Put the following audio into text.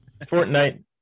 Fortnite